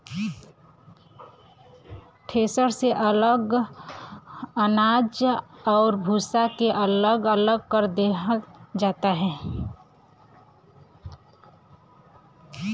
threshing से अनाज आउर भूसा के अलग अलग कर देवल जाला